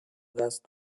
دست